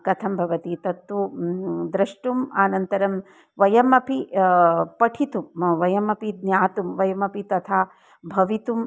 कथं भवति तत्तु द्रष्टुम् अनन्तरं वयमपि पठितुं म वयमपि ज्ञातुं वयमपि तथा भवितुम्